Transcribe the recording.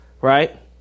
Right